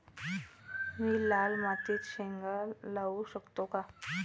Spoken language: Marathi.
मी लाल मातीत शेंगा लावू शकतो का?